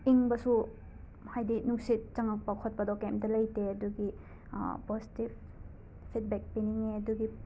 ꯏꯪꯕꯁꯨ ꯍꯥꯏꯗꯤ ꯅꯨꯡꯁꯤꯠ ꯆꯪꯉꯛꯄ ꯈꯣꯠꯄꯗꯣ ꯀꯩꯝꯇ ꯂꯩꯇꯦ ꯑꯗꯨꯒꯤ ꯄꯣꯖꯤꯇꯤꯕ ꯐꯤꯗꯕꯦꯛ ꯄꯤꯅꯤꯡꯉꯦ ꯑꯗꯨꯒꯤ